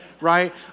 right